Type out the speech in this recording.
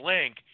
Link